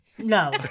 No